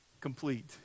complete